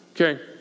Okay